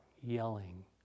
yelling